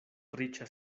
riĉa